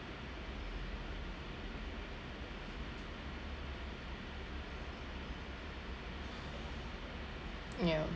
ya